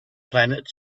planet